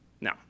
Now